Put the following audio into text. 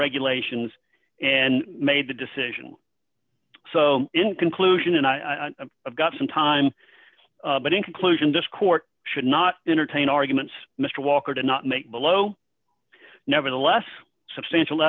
regulations and made the decision so in conclusion and i have got some time but in conclusion discord should not entertain arguments mr walker did not make below nevertheless substantial